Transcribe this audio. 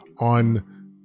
on